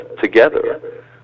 together